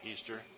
Easter